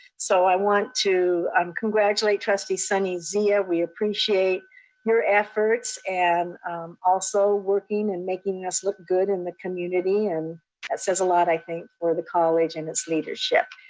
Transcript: so i want to um congratulate trustee sunny zia, we appreciate your efforts and also working and making us look good in the community. and that says a lot, i think, for the college and its leadership.